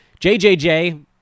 JJJ